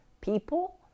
people